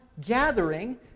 gathering